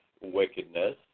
wickedness